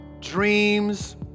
dreams